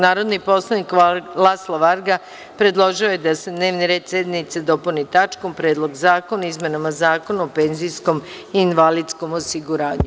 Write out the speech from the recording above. Narodni poslanik Laslo Varga predložio je da se dnevni red sednice dopuni tačkom Predlog zakona o izmenama Zakona o penzijskom i invalidskom osiguranju.